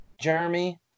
Jeremy